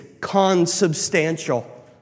consubstantial